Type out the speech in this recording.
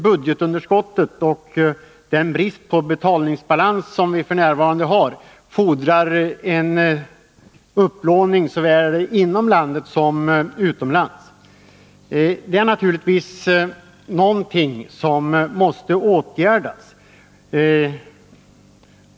Budgetunderskottet och den brist på betalningsbalans som vi f. n. har fordrar en upplåning såväl inom landet som utomlands. Det måste naturligtvis åtgärdas.